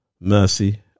mercy